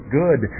good